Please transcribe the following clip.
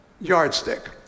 yardstick